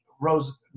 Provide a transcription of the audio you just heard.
Rose